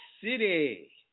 City